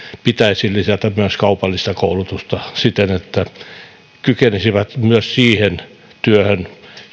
pitäisi lisätä myös kaupallista koulutusta siten että he kykenisivät myös siihen työhön